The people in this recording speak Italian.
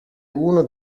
uno